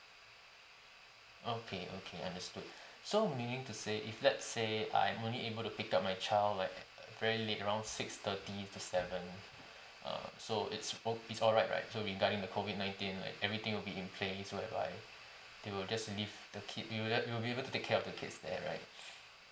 okay okay understood so meaning to say if let's say I am only able to pick up my child like very late around six thirty to seven uh so it's wo~ is alright right so regarding the COVID nineteen like everything will be in place whereby they will just leave the kid you will uh you will be able to take care of the kids there right